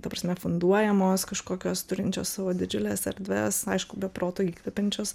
ta prasme funduojamos kažkokios turinčios savo didžiules erdves aišku be proto įkvepiančios